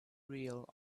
real